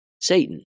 Satan